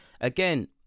again